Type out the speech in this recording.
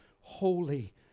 holy